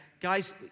Guys